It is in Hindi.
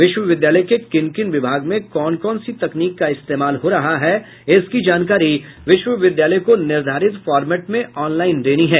विश्वविद्यालय के किन किन विभाग में कौन कौन सी तकनीक का इस्तेमाल हो रहा है इसकी जानकारी विश्वविद्यालय को निर्धारित फॉरमैट में ऑनलाइन देनी है